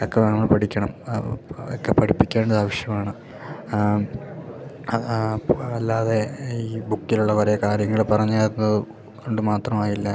ഒക്കെ നമ്മൾ പഠിക്കണം അത് അതൊക്കെ പഠിപ്പിക്കേണ്ടതാവശ്യമാണ് അത് ആ അപ്പോൾ ആ അല്ലാതെ ഈ ബുക്കിലുള്ള കുറേ കാര്യങ്ങൾ പറഞ്ഞു തന്നത് കൊണ്ടു മാത്രമായില്ല